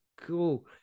Cool